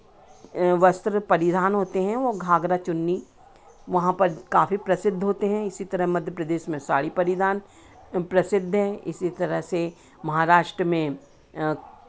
वस्त्र परिधान होते हैं वो घाघरा चुन्नी वहाँ पर काफ़ी प्रसिद्ध होते हैं इसी तरह मध्य प्रदेश में साड़ी परिधान प्रसिद्ध हैं इसी तरह से महाराष्ट्र में